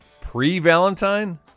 Pre-Valentine